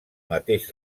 mateix